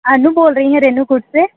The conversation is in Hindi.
अनु बोल रहीं हैं रेणुकूट से